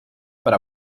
para